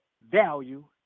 value